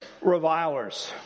Revilers